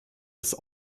des